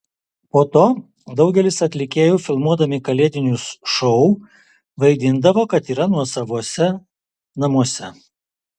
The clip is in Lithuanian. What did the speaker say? po to daugelis atlikėjų filmuodami kalėdinius šou vaidindavo kad yra nuosavose namuose